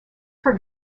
for